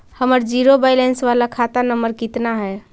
हमर zero balance बाला खाता नम्बर कितना है?